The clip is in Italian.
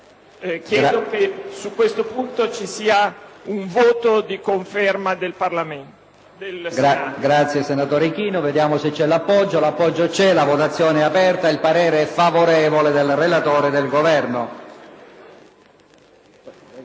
chiedo che su questo punto ci sia un voto di conferma del Senato.